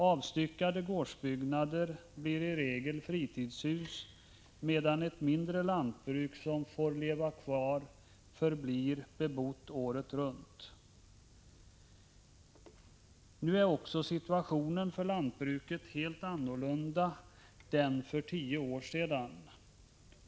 Avstyckade gårdsbyggnader blir i regel fritidshus, medan ett mindre lantbruk som får leva kvar förblir bebott året runt. Nu är också situationen för lantbruket en helt annan än den för tio år sedan.